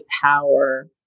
power